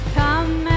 come